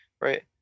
right